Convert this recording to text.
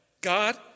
God